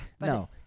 No